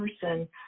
person